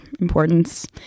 importance